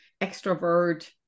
extrovert